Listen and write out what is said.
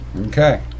Okay